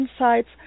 insights